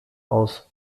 aus